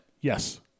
Yes